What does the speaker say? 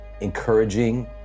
encouraging